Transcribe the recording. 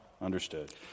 Understood